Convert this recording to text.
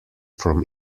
from